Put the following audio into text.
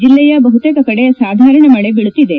ಜಿಲ್ಲೆಯ ಬಹುತೇಕ ಕಡೆ ಸಾಧಾರಣ ಮಳೆ ಬೀಳುತ್ತಿದೆ